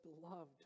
beloved